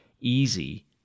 easy